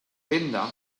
venda